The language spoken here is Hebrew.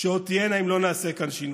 שעוד תהיינה, אם לא נעשה כאן שינוי.